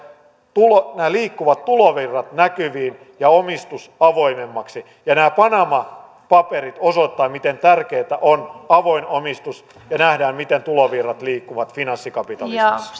tulevat nämä liikkuvat tulovirrat näkyviin ja omistus avoimemmaksi nämä panama paperit osoittavat miten tärkeätä on avoin omistus ja että nähdään miten tulovirrat liikkuvat finanssikapitalismissa